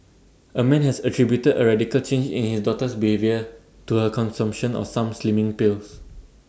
A man has attributed A radical change in his daughter's behaviour to her consumption of some slimming pills